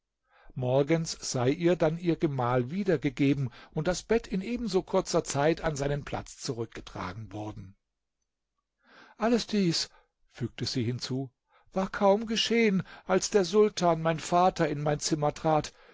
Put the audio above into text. morgens sei ihr dann ihr gemahl wiedergegeben und das bett in ebenso kurzer zeit an seinen platz zurückgetragen worden alles dies fügte sie hinzu war kaum geschehen als der sultan mein vater in mein zimmer trat